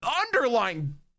underlying